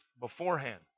beforehand